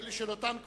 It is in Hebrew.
קבוצת סיעת חד"ש,